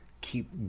keep